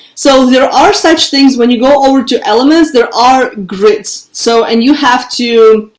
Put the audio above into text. so there are such things when you go over to elements, there are grids, so and you have to,